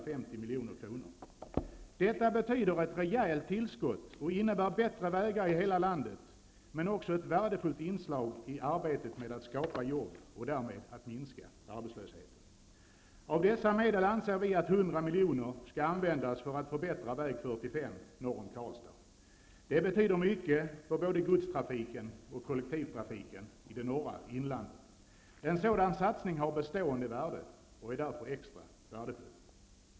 Detta skulle betyda ett rejält tillskott och möjliggöra bättre vägar i hela landet, men skulle också innebära ett värdefullt inslag i arbetet med att skapa jobb och därmed minska arbetslösheten. Av dessa medel anser vi att 100 miljoner skall användas för att förbättra väg 45 norr om Karlstad. Det betyder mycket för både godstrafiken och kollektivtrafiken i det norra inlandet. En sådan satsning har bestående värde och är därför extra värdefull.